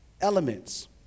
elements